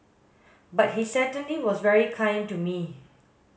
but he certainly was very kind to me